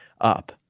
up